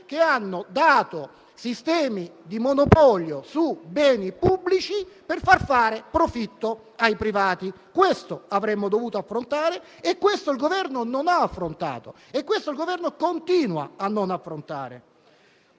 che hanno dato sistemi di monopolio su beni pubblici per far fare profitto ai privati. Questo avremmo dovuto affrontare e questo il Governo non ha affrontato e questo il Governo continua a non affrontare.